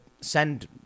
send